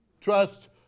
Trust